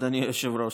אדוני היושב-ראש.